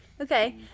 okay